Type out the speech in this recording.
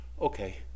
okay